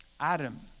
Adam